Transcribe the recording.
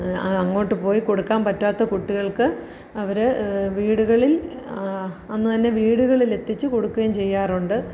അങ്ങോട്ട് പോയി കൊടുക്കാൻ പറ്റാത്ത കുട്ടികൾക്ക് അവര് വീടുകളിൽ അന്നുതന്നെ വീടുകളിൽ എത്തിച്ചു കൊടുക്കുകയും ചെയ്യാറുണ്ട്